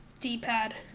D-pad